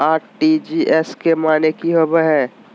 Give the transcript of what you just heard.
RTGS के माने की होबो है?